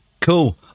cool